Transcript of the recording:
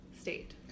state